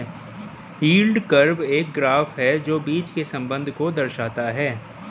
yield curve एक graph है जो बीच के संबंध को दर्शाता है